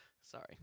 sorry